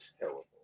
terrible